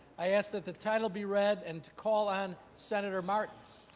i ask that the title be read and call on senator martins.